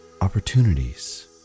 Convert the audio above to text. Opportunities